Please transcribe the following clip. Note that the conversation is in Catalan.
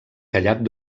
callat